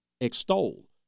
Extol